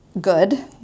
Good